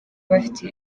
bafite